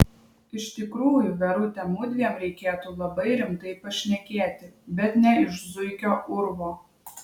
iš tikrųjų verute mudviem reikėtų labai rimtai pašnekėti bet ne iš zuikio urvo